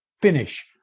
finish